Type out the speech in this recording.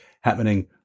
happening